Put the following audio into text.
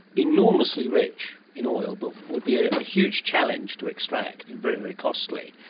enormously rich in oil, but would be a ah huge challenge to extract and very, very costly,